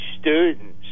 students